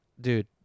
Dude